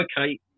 okay